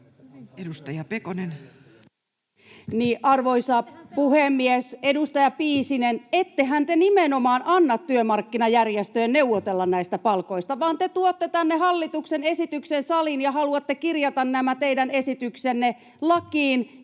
Edustaja Pekonen. Arvoisa puhemies! Edustaja Piisinen, ettehän te nimenomaan anna työmarkkinajärjestöjen neuvotella näistä palkoista, vaan te tuotte tänne hallituksen esityksen saliin ja haluatte kirjata nämä teidän esityksenne lakiin